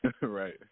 Right